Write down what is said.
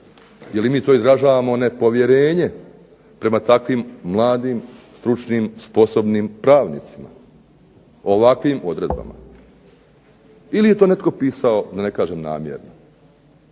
Je li mi to izražavamo nepovjerenje prema takvim mladim, stručnim, sposobnim pravnicima, ovakvim odredbama? Ili je to netko pisao da ne kažem namjerno,